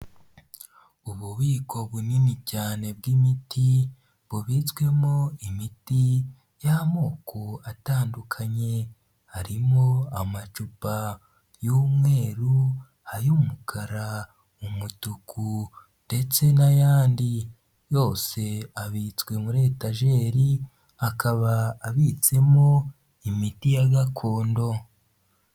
Ububiko bunini cyane bw'imiti, bubitswemo imiti y'amoko atandukanye, harimo amacupa y'umweru, ay'umukara, umutuku ndetse n'ayandi, yose abitswe muri etajeri, akaba abitsemo imiti ya gakondo.